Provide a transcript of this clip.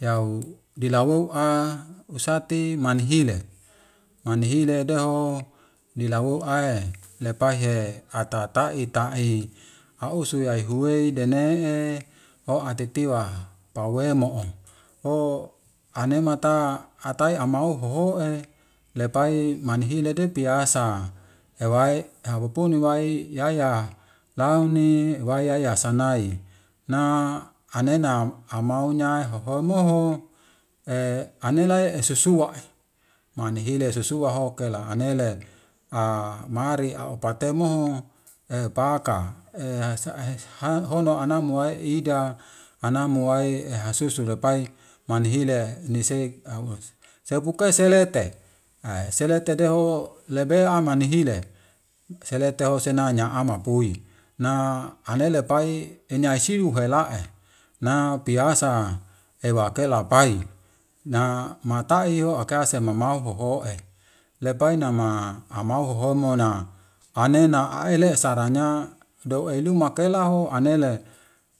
Yau dilawu'a usati manhile, manhile deho dilawu'ae lepahe ata ta'i ta'i a'u suya'i huwei dene'e ho'a titi'wa pawe'e mo'o, ho'a ne'e mata ata'i ama'u ho'o'e lepahe manhile de piasa ewai apolowai yaya laone wa yaya sanai na anena amaunya homoho anelai esusuak, manihile esusuak hokela, anelai maari, opatemuho, baka, hono anamuai iida, anamuai hasusu lepai, manihile nisei. Sebuke selete, selete deho lebea manihile. seleteho sena nya amapuyi, na ane lepayi inayisiruhela e na piasa e wakela payi na mata io ake ase mamahoho e lepayi nama amahoho mo na ane na aile saranya do elu makelaho anele